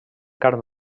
carn